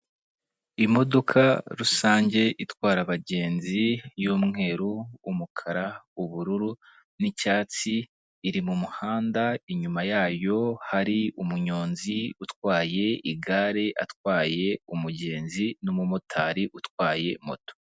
Imodoka rusange itwara abagenzi y'umweru, umukara, ubururu n'icyatsi iri mu muhanda, inyuma yayo hari umunyonzi utwaye igare, atwaye umugenzi n'umumotari utwaye moto.